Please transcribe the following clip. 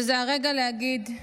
וזה הרגע להגיד: